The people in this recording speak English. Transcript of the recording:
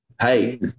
Hey